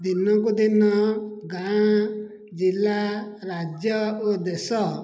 ଦିନକୁ ଦିନ ଗାଁ ଜିଲ୍ଲା ରାଜ୍ୟ ଓ ଦେଶ